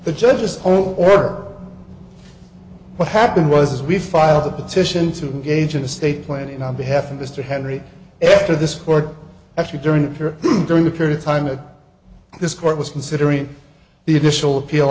the judge's order what happened was we filed the petition to gauge an estate planning on behalf of mr henry after this court actually during her during the period of time that this court was considering the initial appeal